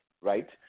right